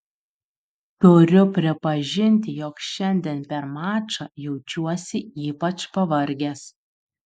turiu pripažinti jog šiandien per mačą jaučiausi ypač pavargęs